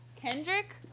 Kendrick